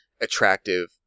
attractive